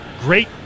great